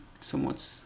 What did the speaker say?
somewhat